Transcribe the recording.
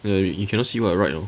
ya you cannot see what I write hor